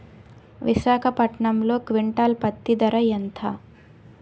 విశాఖపట్నంలో క్వింటాల్ పత్తి ధర ఎంత?